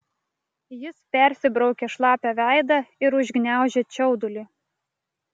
jis persibraukė šlapią veidą ir užgniaužė čiaudulį